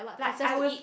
like I with